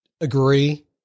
Agree